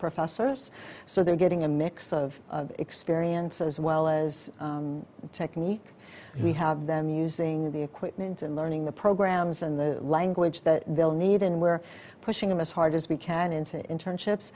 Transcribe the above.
professors so they're getting a mix of experience as well as technique we have them using the equipment and learning the programs and the language that they'll need and we're pushing them as hard as we can into internships